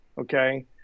okay